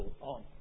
on